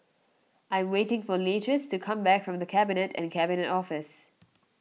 I am waiting for Leatrice to come back from the Cabinet and Cabinet Office